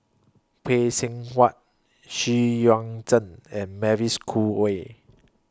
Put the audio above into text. Phay Seng Whatt Xu Yuan Zhen and Mavis Khoo Oei